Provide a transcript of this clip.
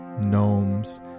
gnomes